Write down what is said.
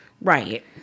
right